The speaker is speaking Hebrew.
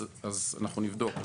אנחנו נבדוק.